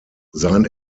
sein